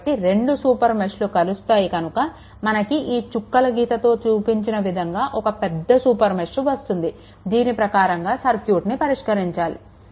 కాబట్టి ఈ రెండు సూపర్ మెష్లు కలుస్తాయి కనుక మనకి ఈ చుక్కల గీతతో చూపించిన విధంగా ఒక పెద్ద సూపర్ మెష్ వస్తుంది దీని ప్రకారంగా సర్క్యూట్ని పరిష్కరించాలి